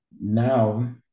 Now